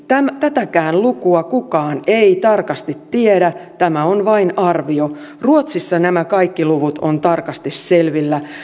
tätäkään lukua kukaan ei tarkasti tiedä tämä on vain arvio ruotsissa nämä kaikki luvut ovat tarkasti selvillä